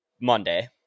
Monday